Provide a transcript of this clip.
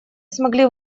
смогли